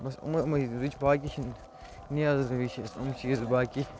بَس یِمے یِمے رٕچھ باقٕے چھِ نِیاز وِزِ چھِ نہٕ أسۍ یِم چیٖز باقٕے